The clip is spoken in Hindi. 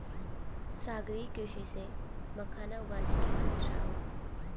सागरीय कृषि से मखाना उगाने की सोच रहा हूं